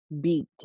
beat